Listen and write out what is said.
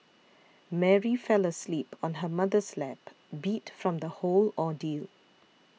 Mary fell asleep on her mother's lap beat from the whole ordeal